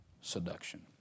seduction